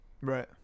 Right